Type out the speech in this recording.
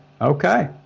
okay